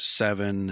seven